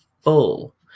full